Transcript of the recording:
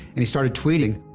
and he started tweeting.